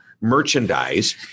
merchandise